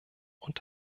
und